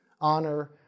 honor